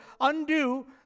undo